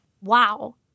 Wow